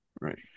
Right